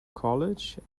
college